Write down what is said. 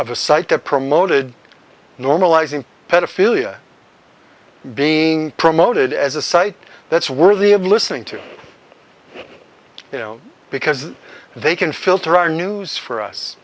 of a site that promoted normalizing pedophilia being promoted as a site that's worthy of listening to you know because they can filter our news for us